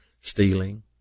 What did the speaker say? stealing